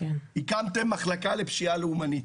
הקמתם מחלקה לפשיעה לאומנית.